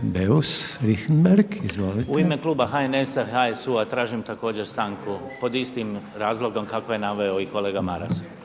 Beus Richembergh, izvolite. **Beus Richembergh, Goran (HNS)** U ime kluba HNS-a, HSU-a tražim također stanku pod istim razlogom kako je naveo i kolega Maras.